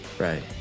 Right